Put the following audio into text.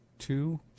Two